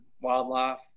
wildlife